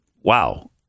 wow